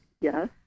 yes